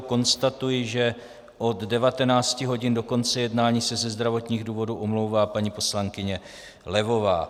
Konstatuji, že od 19 hodin do konce jednání se ze zdravotních důvodů omlouvá paní poslankyně Levová.